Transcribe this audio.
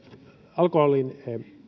alkoholin